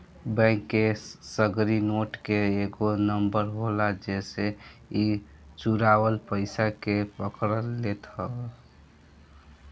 bank के सगरी note के एगो नंबर होला जेसे इ चुरावल पईसा के पकड़ लेत हअ